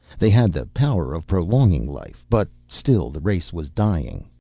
they had the power of prolonging life, but still the race was dying.